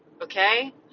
okay